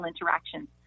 interactions